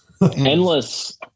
endless